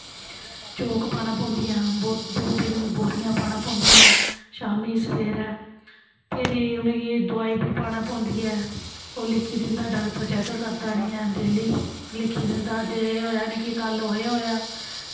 चोग पाना पौंदी ऐ दो तिन्न बोरियां पाना पौंदियां शाम्मी सवेरै भिरी उ'नेंगी दवाई बी पाना पौंदी ऐ ओह् लिखी दिंदा डाक्टर चेक करदा आह्नियै डेली लिखी दिंदे जे होएया कल उ'नेंगी ओह् होएआ